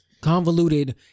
convoluted